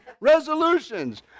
resolutions